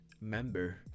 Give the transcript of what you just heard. member